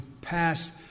pass